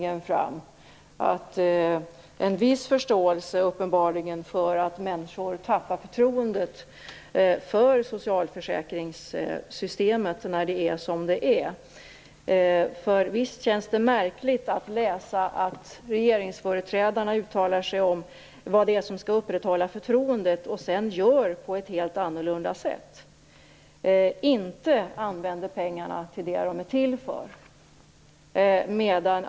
Det finns uppenbarligen en viss förståelse för att människor tappar förtroendet för socialförsäkringssystemet när det är som det är. Visst känns det märkligt att läsa att regeringsföreträdarna uttalar sig om vad det är som skall upprätthålla förtroendet och sedan gör på ett helt annat sätt. De använder inte pengarna till det de är till för.